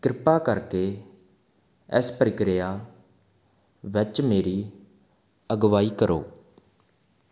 ਕਿਰਪਾ ਕਰਕੇ ਇਸ ਪ੍ਰਕਿਰਿਆ ਵਿੱਚ ਮੇਰੀ ਅਗਵਾਈ ਕਰੋ